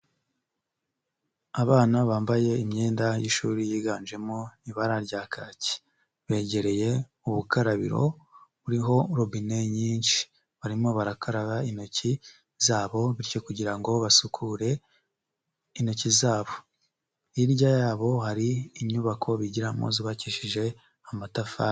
Abana bambaye imyenda y'shuri yiganjemo ibara rya kaki, begereye ubukarabiro buriho robine nyinshi, barimo barakaraba intoki zabo bityo kugira ngo basukure intoki zabo. Hirya yabo hari inyubako bigiramo zubakishije amatafari.